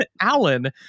Alan